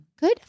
Good